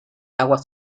aguas